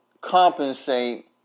compensate